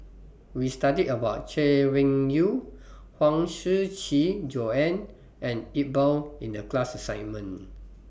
We studied about Chay Weng Yew Huang Shiqi Joan and Iqbal in The class assignment